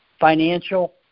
financial